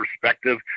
perspective